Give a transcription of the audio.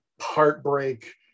heartbreak